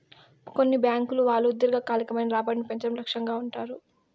కొన్ని బ్యాంకుల వాళ్ళు దీర్ఘకాలికమైన రాబడిని పెంచడం లక్ష్యంగా ఉంటారు